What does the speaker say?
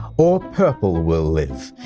or purple will live.